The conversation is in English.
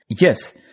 Yes